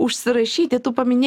užsirašyti tu paminėjai